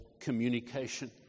communication